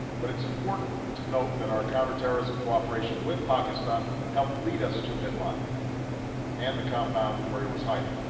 but it's important to note that our counterterrorism cooperation with pakistan helped lead us to bin laden and the compound where he was hiding.